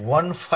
કારણ કે તે 159